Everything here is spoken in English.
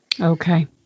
okay